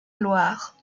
gloire